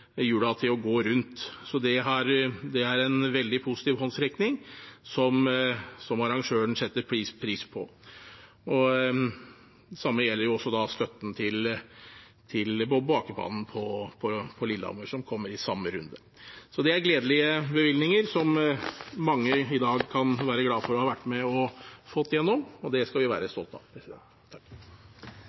hjulene til å gå rundt, så det er en veldig positiv håndsrekning, som arrangøren setter pris på. Det samme gjelder støtten til bob- og akebanen på Lillehammer, som kommer i samme runde. Det er gledelige bevilgninger, som mange i dag kan være glade for å ha vært med på å få igjennom. Det skal vi være stolte av.